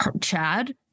chad